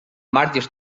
marges